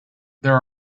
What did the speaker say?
there